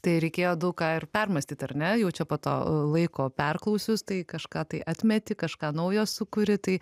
tai reikėjo daug ką ir permąstyt ar ne jau čia po to laiko perklausius tai kažką tai atmeti kažką naujo sukuri tai